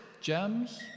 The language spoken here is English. Gems